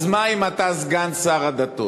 אז מה אם אתה סגן שר הדתות,